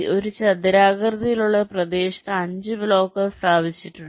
ഒരു ചതുരാകൃതിയിലുള്ള പ്രദേശത്ത് 5 ബ്ലോക്കുകൾ സ്ഥാപിച്ചിട്ടുണ്ട്